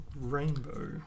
rainbow